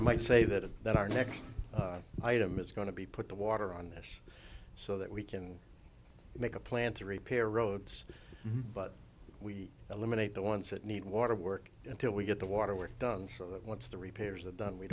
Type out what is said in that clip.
i might say that that our next item is going to be put the water on this so that we can make a plan to repair roads but we eliminate the ones that need water work until we get the water work done so what's the repairs of done we